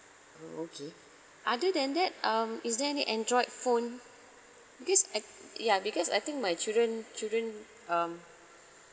okay other than that um is there any android phone because I ya because I think my children children um